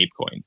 Apecoin